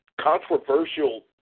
controversial